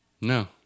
No